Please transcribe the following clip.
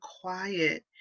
quiet